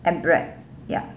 and bread ya